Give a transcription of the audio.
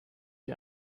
die